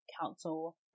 council